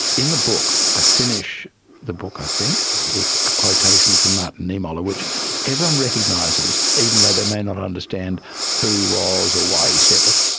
in the book, i finish the book i think with a quotation from martin niemoller which everyone recognises, even though they may not understand who he was or why he said it,